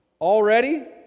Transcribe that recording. already